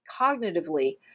cognitively